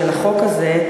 של החוק הזה,